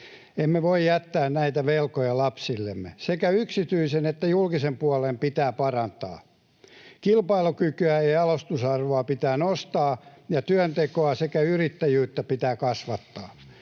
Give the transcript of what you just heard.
Emme voi jättää näitä velkoja lapsillemme. Sekä yksityisen että julkisen puolen pitää parantaa, kilpailukykyä ja jalostusarvoa pitää nostaa ja työntekoa sekä yrittäjyyttä pitää kasvattaa.